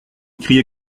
criez